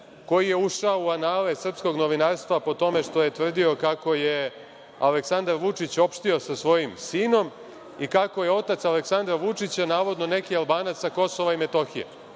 koji je ušao u anale srpskog novinarstva po tome što je tvrdio kako je Aleksandar Vučić opštio sa svojim sinom i kako je otac Aleksandra Vučića navodno neki Albanac sa Kosova i Metohije.